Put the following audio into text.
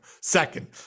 Second